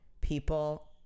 people